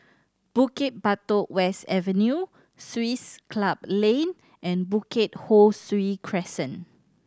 Bukit Batok West Avenue Swiss Club Lane and Bukit Ho Swee Crescent